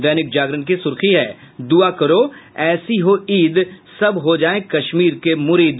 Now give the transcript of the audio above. दैनिक जागरण की सुर्खी है दुआ करो ऐसी हो ईद सब हो जाएं कश्मीर के मुरीद